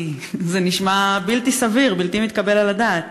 כי זה נשמע בלתי סביר, בלתי מתקבל על הדעת.